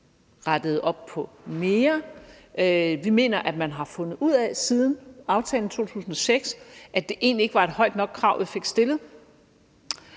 rettede op på mere. Vi mener, at man siden aftalen i 2006 har fundet ud af, at det egentlig ikke var et højt nok krav, vi fik stillet.